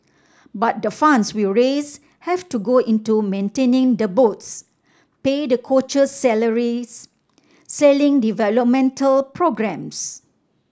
but the funds we raise have to go into maintaining the boats pay the coaches salaries sailing developmental programmes